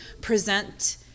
present